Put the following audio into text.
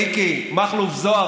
מיקי מכלוף זוהר,